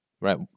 Right